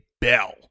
bell